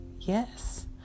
Yes